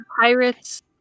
pirates